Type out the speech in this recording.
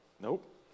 Nope